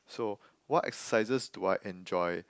so what exercises do I enjoy